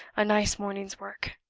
a nice morning's work!